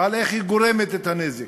ועל איך היא גורמת את הנזק,